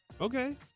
Okay